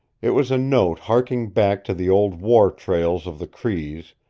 it was a note harking back to the old war trails of the crees,